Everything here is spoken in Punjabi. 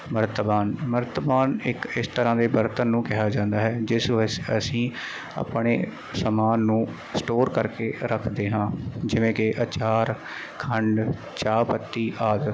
ਮਰਤਬਾਨ ਮਰਤਬਾਨ ਇੱਕ ਇਸ ਤਰ੍ਹਾਂ ਦੇ ਬਰਤਨ ਨੂੰ ਕਿਹਾ ਜਾਂਦਾ ਹੈ ਜਿਸ ਵਿੱਚ ਅਸੀਂ ਆਪਣੇ ਸਮਾਨ ਨੂੰ ਸਟੋਰ ਕਰਕੇ ਰੱਖਦੇ ਹਾਂ ਜਿਵੇਂ ਕਿ ਆਚਾਰ ਖੰਡ ਚਾਹ ਪੱਤੀ ਆਦਿ